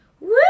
Woo